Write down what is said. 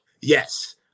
Yes